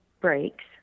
breaks